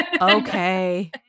Okay